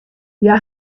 hja